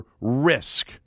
risk